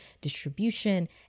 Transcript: distribution